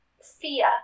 fear